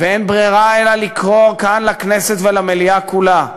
ואין ברירה אלא לקרוא כאן לכנסת ולמליאה כולה,